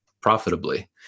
profitably